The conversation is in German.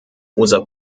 unser